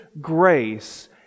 grace